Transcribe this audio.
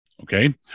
okay